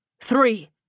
three